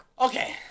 Okay